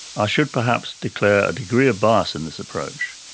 i should perhaps declare a degree of bias in this approach.